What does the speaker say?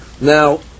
now